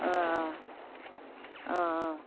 آ آ آ آ